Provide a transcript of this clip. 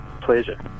pleasure